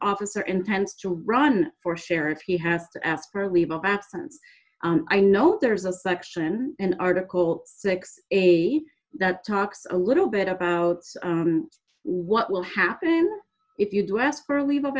officer intends to run for sheriff he has to ask for a leave of absence i know there's a section in article sixty eight that talks a little bit about what will happen if you do ask for a leave of